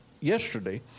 yesterday